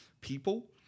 people